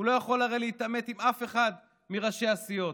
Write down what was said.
הוא הרי לא יכול להתעמת עם אף אחד מראשי הסיעות.